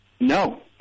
No